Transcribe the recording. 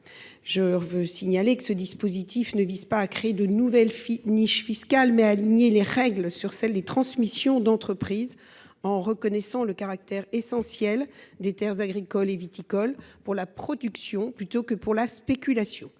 Je veux signaler que ce dispositif vise non pas à créer une nouvelle niche fiscale, mais à aligner les règles sur celles des transmissions d’entreprises, en reconnaissant le caractère essentiel des terres agricoles et viticoles – elles doivent servir à la production plutôt qu’à la spéculation.